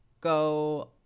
go